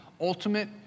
ultimate